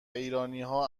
ایرانیها